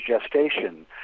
gestation